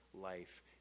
life